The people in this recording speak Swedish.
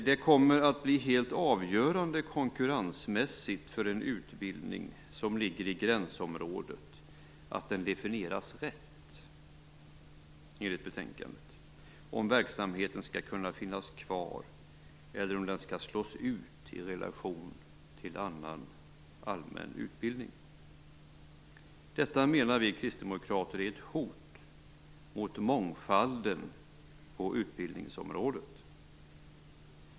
Det kommer att bli helt avgörande konkurrensmässigt för en utbildning som ligger i gränsområdet att den definieras rätt enligt betänkandet om verksamheten skall kunna finnas kvar eller om den skall slås ut i relation till annan allmän utbildning. Detta menar vi kristdemokrater är ett hot mot mångfalden på utbildningsområdet.